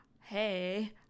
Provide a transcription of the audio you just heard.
hey